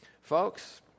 Folks